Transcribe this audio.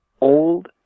old